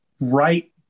right